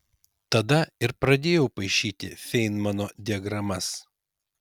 tada ir pradėjau paišyti feinmano diagramas